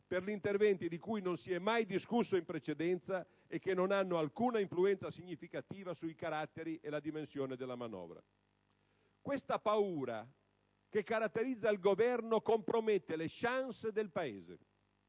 per interventi di cui non si è mai discusso in precedenza e che non hanno alcuna influenza significativa sui caratteri e sulla dimensione della manovra. Questa paura che caratterizza il Governo compromette le *chance* del Paese,